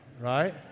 right